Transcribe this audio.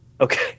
Okay